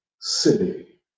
city